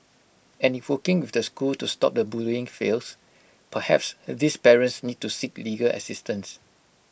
and if working with the school to stop the bullying fails perhaps these parents need to seek legal assistance